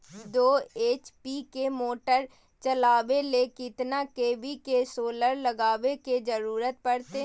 दो एच.पी के मोटर चलावे ले कितना के.वी के सोलर लगावे के जरूरत पड़ते?